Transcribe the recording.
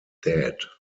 dead